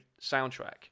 soundtrack